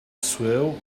swell